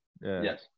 Yes